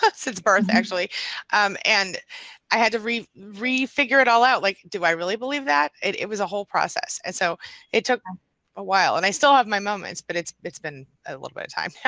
but since birth actually um and i had to read re-figure it all out, like do i really believe that. it it was a whole process and so it took a while and i still have my moments, but it's it's been a little bit of time. yeah